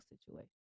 situation